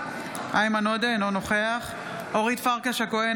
אינו נוכח אורית פרקש הכהן,